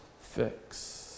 fix